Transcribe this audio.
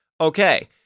Okay